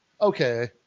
okay